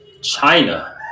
China